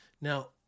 Now